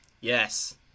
yes